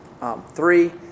Three